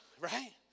right